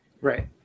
Right